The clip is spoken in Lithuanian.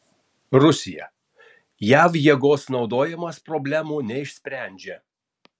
rusija jav jėgos naudojimas problemų neišsprendžia